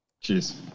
Cheers